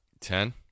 Ten